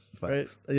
right